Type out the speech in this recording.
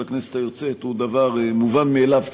הכנסת היוצאת הוא דבר מובן מאליו כמעט.